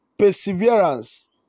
Perseverance